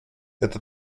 это